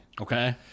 Okay